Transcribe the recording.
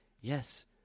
yes